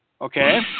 Okay